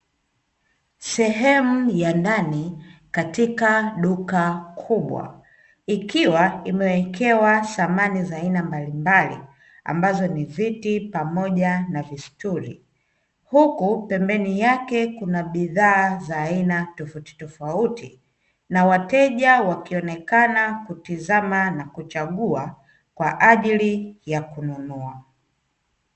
Sehemu ya ndani katika duka kubwa ikiwa imewekewa samani za aina mbalimbali ambazo ni viti pamoja na vistuli. Huku pembeni yake kuna bidhaa za aina tofautitofauti na wateja wakionekana kutizama na kuchagua kwa ajili ya kununua.